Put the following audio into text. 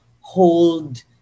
hold